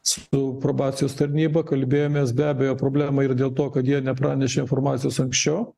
su probacijos tarnyba kalbėjomės be abejo problema ir dėl to kad jie nepranešė informacijos anksčiau